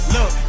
Look